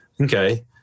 Okay